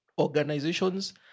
organizations